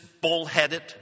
bullheaded